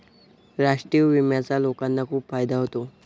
राष्ट्रीय विम्याचा लोकांना खूप फायदा होतो